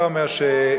אתה אומר,